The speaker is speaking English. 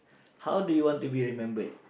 how do you want to be remembered